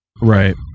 right